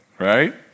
Right